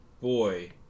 boy